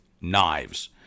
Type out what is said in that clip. knives